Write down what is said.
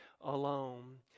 alone